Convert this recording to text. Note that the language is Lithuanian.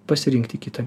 pasirinkti kitą